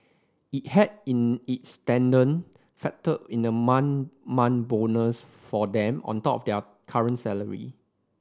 it had in its tender factored in the month month bonus for them on top their current salary